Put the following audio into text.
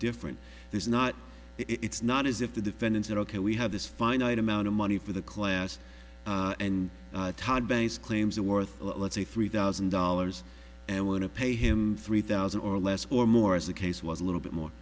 different there's not it's not as if the defendant said ok we have this finite amount of money for the class and todd banks claims are worth let's say three thousand dollars and want to pay him three thousand or less or more as the case was a little bit more